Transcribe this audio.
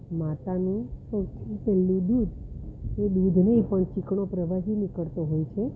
માતાનું સૌથી પહેલું દૂધ એ દૂધને કોઈ ચીકણો પ્રવાહી નીકળતો હોય છે